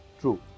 True